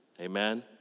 Amen